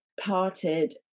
parted